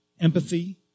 empathy